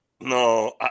No